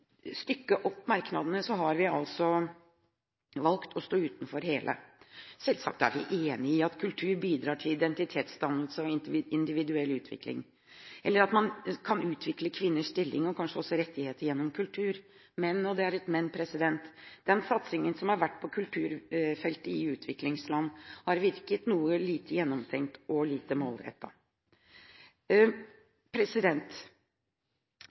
stykke opp merknadene, har vi altså valgt å stå utenfor hele merknaden. Selvsagt er vi enige i at kultur bidrar til identitetsdannelse og individuell utvikling, eller at man kan utvikle kvinners stilling og kanskje også rettigheter gjennom kultur. Men – og det er et men – den satsingen som har vært på kulturfeltet i utviklingsland, har virket lite gjennomtenkt og lite